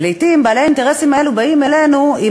ולעתים בעלי האינטרסים האלה באים אלינו עם